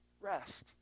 Rest